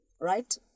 right